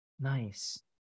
Nice